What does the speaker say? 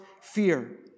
fear